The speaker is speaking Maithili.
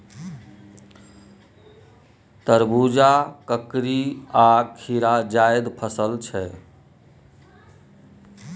तरबुजा, ककरी आ खीरा जाएद फसल छै